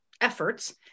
efforts